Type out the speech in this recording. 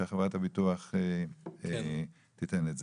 שחברת הביטוח תיתן את זה.